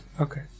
Okay